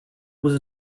was